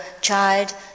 child